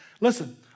listen